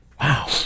Wow